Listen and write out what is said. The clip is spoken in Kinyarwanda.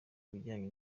bijyanye